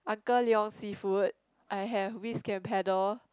Uncle Leong seafood I have Whisk and Paddle